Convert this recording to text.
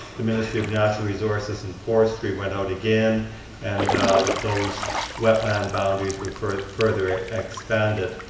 the ministry of natural resources and forestry went out again and those wetland boundaries were further further ah expanded.